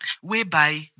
whereby